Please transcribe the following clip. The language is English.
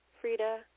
Frida